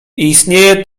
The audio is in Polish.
istnieję